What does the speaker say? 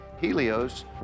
Helios